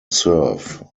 serve